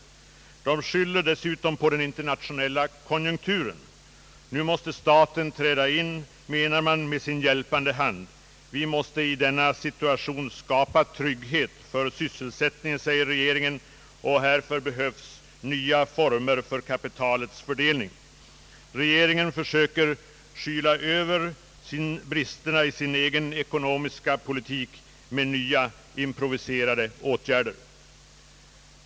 De skyller dessutom på den internationella konjunkturen. Nu måste staten träda in, menar man, med sin hjälpande hand. Vi måste i denna situation skapa trygghet för sysselsättningen, säger regeringen, och härför behövs nya former för kapitalets fördelning. Regeringen försöker skyla över bristerna i sin egen ekonomiska politik med nya improviserade åtgärder.